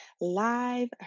live